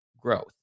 growth